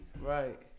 right